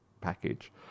package